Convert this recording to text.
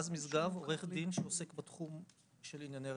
ענייני רווחה.